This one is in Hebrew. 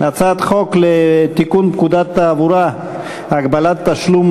הצעת חוק לתיקון פקודת התעבורה (הגבלת תשלום